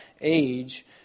age